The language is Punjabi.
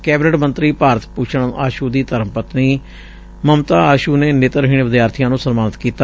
ਕੈਬਨਿਟ ਮੰਤਰੀ ਭਾਰਤ ਭੂਸ਼ਣ ਆਸੂ ਦੀ ਧਰਮ ਪਤਨੀ ਮਮਤਾ ਆਸੂ ਨੇਤਰਹੀਣ ਵਿਦਿਆਰਬੀਆਂ ਨੂੰ ਸਨਮਾਨਿਤ ਕੀਤਾ